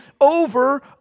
over